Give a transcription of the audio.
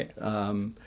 right